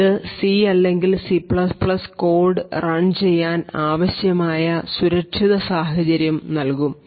ഇത് CC code run ചെയ്യാൻ ആവശ്യമായ സുരക്ഷിത സാഹചര്യം നൽകും